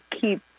keep